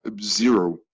zero